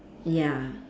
ya